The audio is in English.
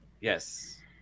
yes